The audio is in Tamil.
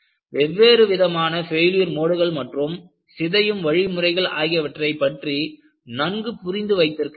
வெவ்வேறு விதமான பெயில்யூர் மோடுகள் மற்றும் சிதையும் வழிமுறைகள் ஆகியவற்றை பற்றி நன்கு புரிந்து வைத்திருக்க வேண்டும்